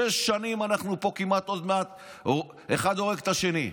כמעט שש שנים אנחנו פה, עוד מעט אחד הורג את השני.